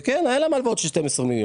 וכן היה להם הלוואות של 12 מיליון,